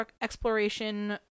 exploration